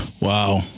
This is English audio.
Wow